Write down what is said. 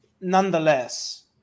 nonetheless